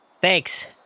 thanks